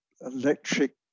electric